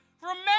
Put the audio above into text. Remember